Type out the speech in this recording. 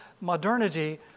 modernity